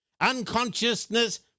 Unconsciousness